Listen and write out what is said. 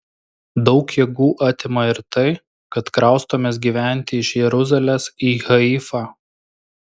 daug jėgų atima ir tai kad kraustomės gyventi iš jeruzalės į haifą